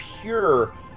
pure